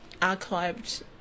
archived